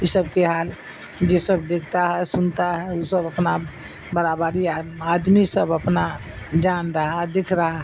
اس سب کے حال جو سب دیکھتا ہے سنتا ہے وہ سب اپنا برابری آدمی سب اپنا جان رہا دکھ رہا